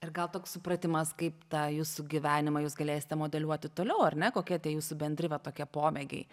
ir gal toks supratimas kaip tą jūsų gyvenimą jūs galėsite modeliuoti toliau ar ne kokie tie jūsų bendri va tokie pomėgiai